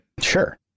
Sure